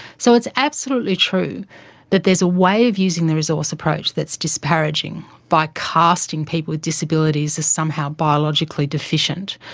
so it's absolutely true that there's a way of using the resource approach that's disparaging by casting people with disabilities as somehow biologically deficient.